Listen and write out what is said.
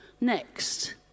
next